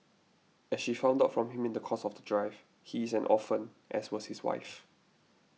as she found out from him in the course of the drive he is an orphan as was his wife